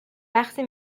وقتی